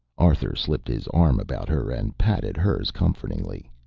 arthur slipped, his arm about her and patted hers comfortingly.